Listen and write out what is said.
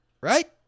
Right